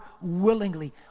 willingly